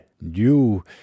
new